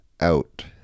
out